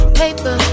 paper